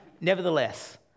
nevertheless